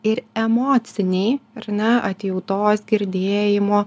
ir emociniai ar ne atjautos girdėjimo